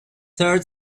third